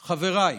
חבריי,